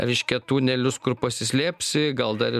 reiškia tunelius kur pasislėpsi gal dar ir